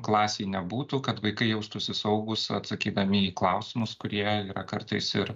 klasėj nebūtų kad vaikai jaustųsi saugūs atsakydami į klausimus kurie yra kartais ir